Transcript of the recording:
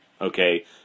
Okay